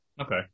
Okay